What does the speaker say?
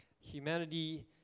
Humanity